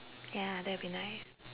ya that'll be nice